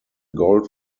gold